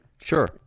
Sure